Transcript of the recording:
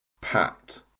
pat